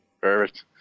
perfect